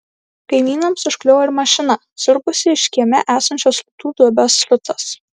kaimynams užkliuvo ir mašina siurbusi iš kieme esančios srutų duobės srutas